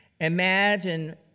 imagine